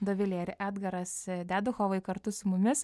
dovilė ir edgaras deduchovai kartu su mumis